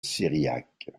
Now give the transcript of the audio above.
syriaque